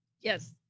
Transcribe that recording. yes